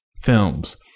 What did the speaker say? films